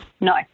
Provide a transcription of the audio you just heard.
No